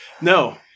No